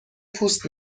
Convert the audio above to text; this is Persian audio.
پوست